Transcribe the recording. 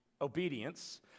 obedience